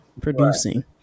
Producing